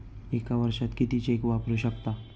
एका वर्षात किती चेक वापरू शकता?